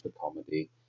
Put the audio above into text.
comedy